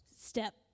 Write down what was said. step